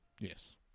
Yes